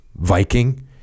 Viking